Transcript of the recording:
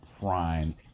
prime